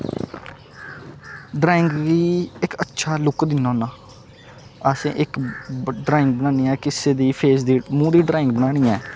drawing गी इक अच्छा लुक दिन्ना होन्ना असें इक ड्रांइग बनानी किसे दे फेस दी मूंह् दी ड्रांइग बनानी ऐ